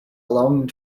long